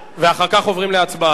ואחר כך עוברים להצבעה.